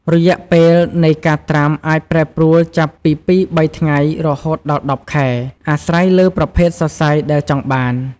រយៈពេលនៃការត្រាំអាចប្រែប្រួលចាប់ពីពីរបីថ្ងៃរហូតដល់ ១០ ខែ អាស្រ័យលើប្រភេទសរសៃដែលចង់បាន។